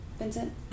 Vincent